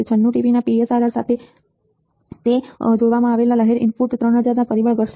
96dbના PSRR સાથે inv log9620 63000 દ્વારા જોવામાં આવેલ લહેર ઇનપુટ 3000 ના પરિબળથી ઘટશે